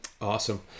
Awesome